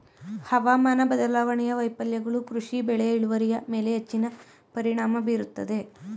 ಹವಾಮಾನ ಬದಲಾವಣೆಯ ವೈಫಲ್ಯಗಳು ಕೃಷಿ ಬೆಳೆಯ ಇಳುವರಿಯ ಮೇಲೆ ಹೆಚ್ಚಿನ ಪರಿಣಾಮ ಬೀರುತ್ತದೆ